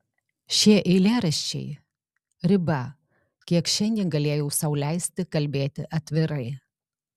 šie eilėraščiai riba kiek šiandien galėjau sau leisti kalbėti atvirai